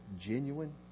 genuine